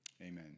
Amen